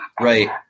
Right